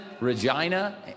Regina